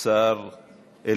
השר אלקין.